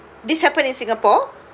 this happen in singapore